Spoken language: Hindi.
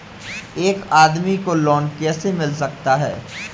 एक आदमी को लोन कैसे मिल सकता है?